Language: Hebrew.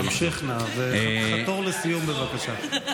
המשך נא וחתור לסיום, בבקשה.